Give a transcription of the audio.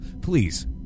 please